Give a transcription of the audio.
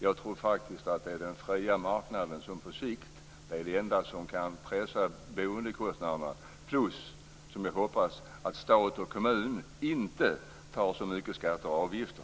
Jag tror faktiskt att det är den fria marknaden som på sikt är det enda som kan pressa boendekostnaderna, plus, som jag hoppas, att stat och kommun inte tar ut så mycket skatter och avgifter.